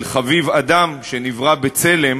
של "חביב אדם שנברא בצלם"